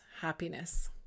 happiness